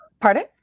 Pardon